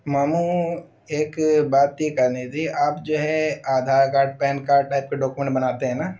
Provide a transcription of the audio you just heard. ماموں ایک بات یہ کہنی تھی آپ جو ہے Aadhaar card PAN card type کا ڈاکیومنٹ بناتے ہیں نا